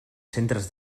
centres